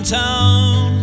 town